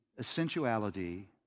essentiality